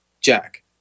jack